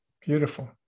Beautiful